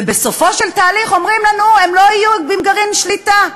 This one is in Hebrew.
ובסופו של תהליך אומרים לנו: הם לא יהיו עם גרעין שליטה.